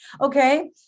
Okay